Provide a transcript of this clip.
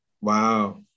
Wow